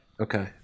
Okay